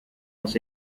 muss